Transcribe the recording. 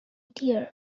dear